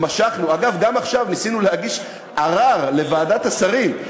אגב, גם עכשיו ניסינו להגיש ערר לוועדת השרים.